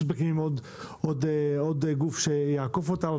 פשוט מקימים עוד גוף שיעקוף אותן.